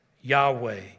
Yahweh